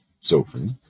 Sophie